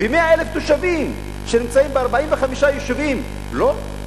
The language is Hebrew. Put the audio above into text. ו-100,000 תושבים שנמצאים ב-45 יישובים לא?